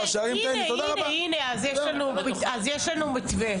הנה, אז יש לנו מתווה.